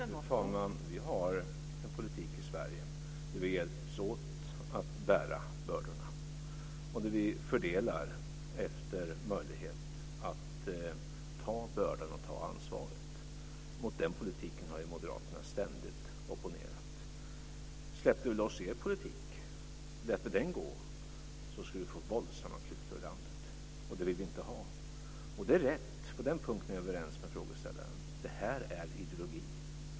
Fru talman! Vi har en politik i Sverige där vi hjälps åt att bära bördorna och där vi fördelar efter möjlighet att ta bördan och ansvaret. Mot den politiken har Moderaterna ständigt opponerat. Släppte vi loss er politik och lät den gå skulle vi få våldsamma klyftor i landet, och det vill vi inte ha. Det är rätt, på den punkten är jag överens med frågeställaren, att det här är ideologi.